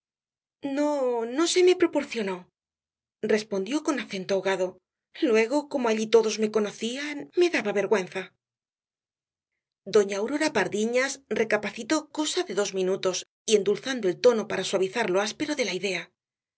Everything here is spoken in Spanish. no no se me proporcionó respondió con acento ahogado luego como allí todos me conocían me daba vergüenza doña aurora pardiñas recapacitó cosa de dos minutos y endulzando el tono para suavizar lo áspero de la idea